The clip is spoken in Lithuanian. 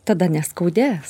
tada neskaudės